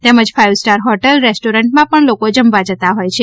તેમજ five star hotel restaurant પણ લોકો જમવા જતા હોય છે